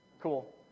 Cool